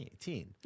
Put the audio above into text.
2018